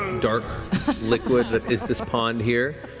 dark liquid that is this pond here,